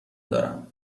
دارم